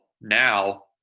now